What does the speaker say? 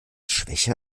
schwäche